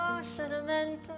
sentimental